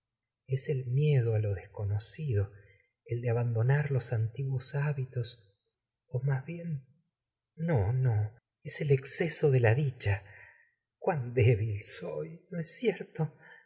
es el miedo á lo desconocido el de abandonar los antiguos hábitos ó más bien no no es el exceso de la dicha cuán débil soy no es cierto